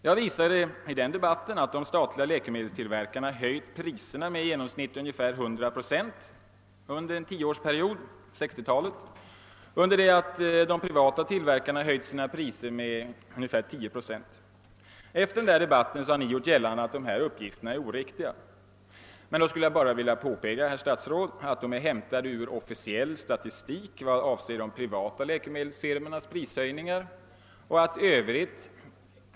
Jag påvisade i den debatten att de statliga läkemedelstillverkarna hade höjt priserna med i genomsnitt ungefär 100 procent under en tioårsperiod, under det att de privata tillverkarna hade höjt sina priser med ungefär 10 procent. Efter den debatten har Ni gjort gällande att mina uppgifter var oriktiga, men då vill jag påpeka, herr statsråd, att de är hämtade ur officiell statistik i vad avser de privata läkemedelsfirmornas prishöjningar.